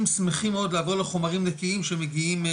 שמחים מאוד לבוא לחומרים נקיים שמגיעים,